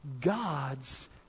God's